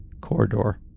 corridor